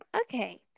Okay